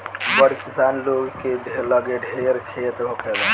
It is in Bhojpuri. बड़ किसान लोग के लगे ढेर खेत होखेला